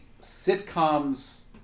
sitcoms